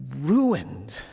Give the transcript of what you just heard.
ruined